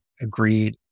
agreed